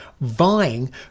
vying